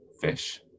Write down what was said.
fish